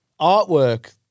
artwork